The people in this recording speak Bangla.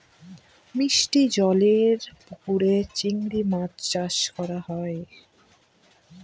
মিষ্টি জলেরর পুকুরে চিংড়ি মাছ চাষ করা হয়